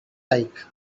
like